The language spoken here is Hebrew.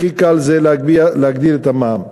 הכי קל זה להגדיל את המע"מ.